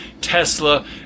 Tesla